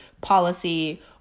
policy